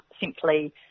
simply